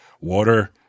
water-